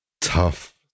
Tough